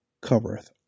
covereth